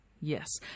yes